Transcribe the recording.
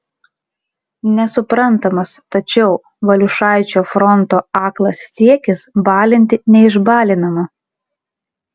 nesuprantamas tačiau valiušaičio fronto aklas siekis balinti neišbalinamą